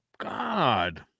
god